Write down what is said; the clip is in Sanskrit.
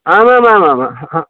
आमामामामा ह